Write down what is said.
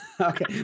Okay